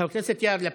חבר הכנסת יאיר לפיד,